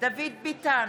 דוד ביטן,